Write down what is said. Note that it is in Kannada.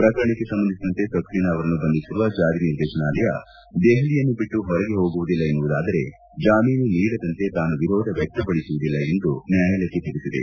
ಪ್ರಕರಣಕ್ಕೆ ಸಂಬಂಧಿಸದಂತೆ ಸಕ್ಲೇನಾ ಅವರನ್ನು ಬಂಧಿಸಿರುವ ಜಾರಿ ನಿರ್ದೇಶನಾಲಯ ದೆಹಲಿಯನ್ನು ಬಿಟ್ಲು ಹೊರಗೆ ಹೋಗುವುದಿಲ್ಲ ಎನ್ನುವುದಾದರೆ ಜಾಮೀನು ನೀಡದಂತೆ ತಾನು ವಿರೋಧ ವ್ಯಕ್ತಪಡಿಸುವುದಿಲ್ಲ ಎಂದು ನ್ಯಾಯಾಲಯಕ್ಕೆ ತಿಳಿಸಿದೆ